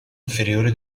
inferiore